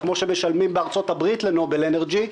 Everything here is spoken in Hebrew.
כפי שמשלמים בארצות הברית לנובל אנרג'י,